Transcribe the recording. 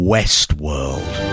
Westworld